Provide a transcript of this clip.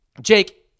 Jake